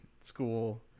school